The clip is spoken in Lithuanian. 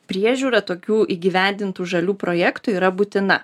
priežiūra tokių įgyvendintų žalių projektų yra būtina